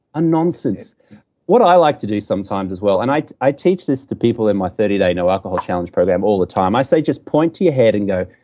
what i like to do sometimes as well, and i i teach this to people in my thirty day no alcohol challenge program all the time. i say just point to your head and go,